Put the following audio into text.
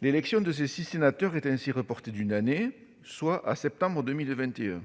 L'élection de ces six sénateurs est ainsi reportée d'une année, soit à septembre 2021.